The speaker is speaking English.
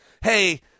hey